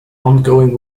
ongoing